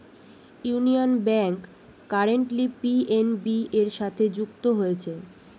union Bank currently PNB সাথে যুক্ত হয়েছে